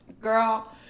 Girl